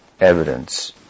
evidence